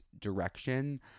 direction